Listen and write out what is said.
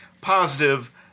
positive